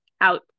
out